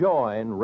Join